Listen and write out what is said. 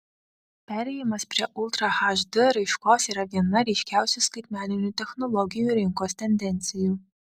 perėjimas prie ultra hd raiškos yra viena ryškiausių skaitmeninių technologijų rinkos tendencijų